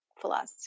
philosophy